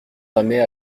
ramait